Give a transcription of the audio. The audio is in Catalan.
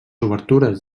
obertures